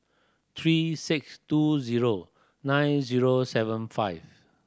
three six two zero nine zero seven five